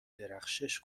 درخشش